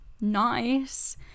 nice